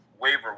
waiver